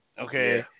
Okay